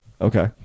Okay